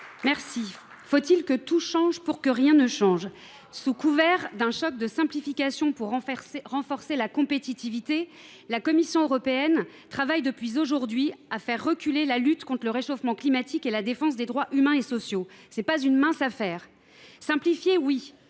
Faut il que tout change pour que rien ne change ? Sous couvert d’un choc de simplification censé renforcer la compétitivité, la Commission européenne travaille depuis aujourd’hui à faire reculer la lutte contre le réchauffement climatique et pour la défense des droits humains et sociaux. Ce n’est pas une mince affaire… Bien sûr, il